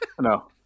No